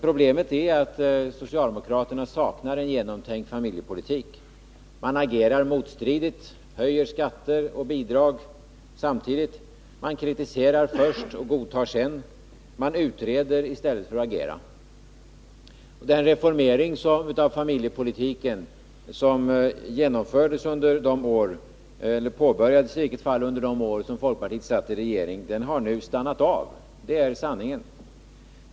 Problemet är att socialdemokraterna saknar en genomtänkt familjepolitik. Man agerar motstridigt: man höjer skatter och bidrag samtidigt, man kritiserar först och godtar sedan, man utreder i stället för att agera. Den reformering av familjepolitiken som genomfördes, eller i varje fall påbörjades, under de år folkpartiet satt i regeringen har nu stannat av. Det är sanningen.